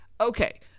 okay